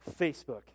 Facebook